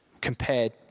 compared